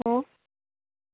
हो